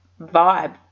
vibe